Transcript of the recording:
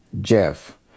Jeff